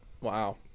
Wow